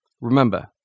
Remember